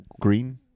Green